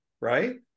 right